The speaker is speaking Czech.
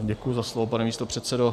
Děkuji za slovo, pane místopředsedo.